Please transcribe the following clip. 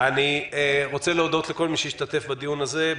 אני רוצה להודות לכל מי שהשתתף בדיון הזה.